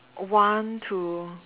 one to